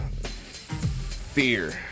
fear